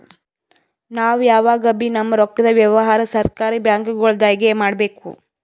ನಾವ್ ಯಾವಗಬೀ ನಮ್ಮ್ ರೊಕ್ಕದ್ ವ್ಯವಹಾರ್ ಸರಕಾರಿ ಬ್ಯಾಂಕ್ಗೊಳ್ದಾಗೆ ಮಾಡಬೇಕು